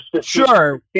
Sure